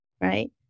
right